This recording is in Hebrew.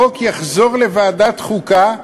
החוק יחזור לוועדת חוקה,